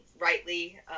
rightly